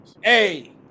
Hey